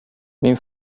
min